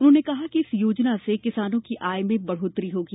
उन्होंने कहा कि इस योजना से किसानों की आय में बढ़ोत्तरी होगी